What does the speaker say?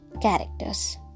characters